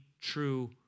true